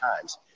times